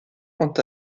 quant